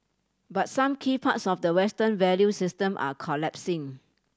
but some key parts of the Western value system are collapsing